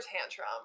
tantrum